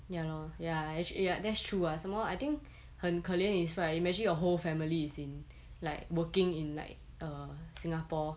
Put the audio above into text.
ya lor ya actually ya that's true ah some more I think 很可怜 is right you imagine your whole family is in like working in like err singapore